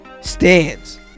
stands